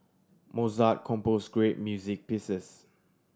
Mozart compose great music pieces